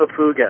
Papuga